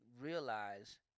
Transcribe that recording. realize